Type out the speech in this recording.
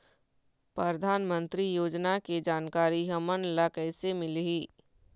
परधानमंतरी योजना के जानकारी हमन ल कइसे मिलही?